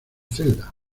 celda